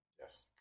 Yes